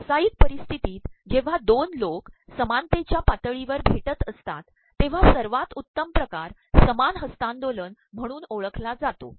व्यावसातयक पररप्स्त्र्तीत जेव्हा दोन लोक समानतेच्या पातळीवर भेित असतात तेव्हा सवायत उत्तम िकार समान हस्त्तांदोलन म्हणून ओळखला जातो